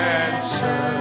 answer